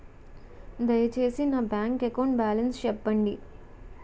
దయచేసి నా bank account balance చెప్పండి